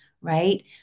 right